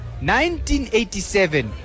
1987